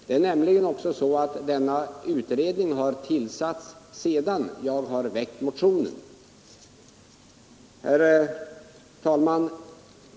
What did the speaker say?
Det är nämligen på det sättet att den utredningen tillsattes efter det att jag väckte min motion. Herr talman!